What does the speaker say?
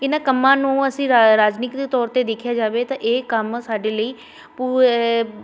ਇਹਨਾਂ ਕੰਮਾਂ ਨੂੰ ਅਸੀਂ ਰਾ ਰਾਜਨੀਤਿਕ ਦੇ ਤੌਰ 'ਤੇ ਦੇਖਿਆ ਜਾਵੇ ਤਾਂ ਇਹ ਕੰਮ ਸਾਡੇ ਲਈ ਪੂ